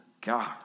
God